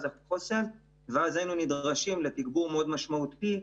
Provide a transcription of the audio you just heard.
החוסן ואז היינו נדרשים לתגבור מאוד משמעותי,